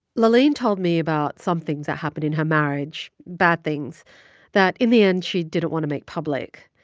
laaleen told me about some things that happened in her marriage bad things that, in the end, she didn't want to make public.